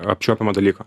apčiuopiamo dalyko